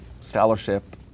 scholarship